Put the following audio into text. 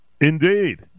Indeed